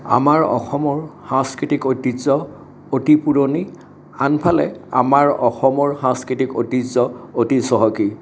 আমাৰ অসমৰ সাংস্কৃতিক ঐতিহ্য অতি পুৰণি আনফালে আমাৰ অসমৰ সাংস্কৃতিক ঐতিহ্য অতি চহকী